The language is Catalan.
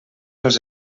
els